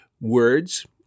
words